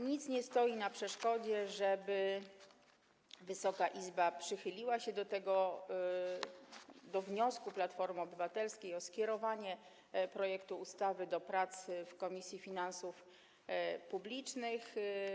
Nic nie stoi na przeszkodzie, żeby Wysoka Izba przychyliła się do wniosku Platformy Obywatelskiej o skierowanie projektu ustawy do prac w Komisji Finansów Publicznych.